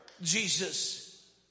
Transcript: Jesus